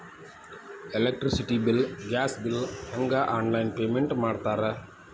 electricity bill gas bill ಹೆಂಗ online payment ಮಾಡ್ತಾರಾ